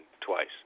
Twice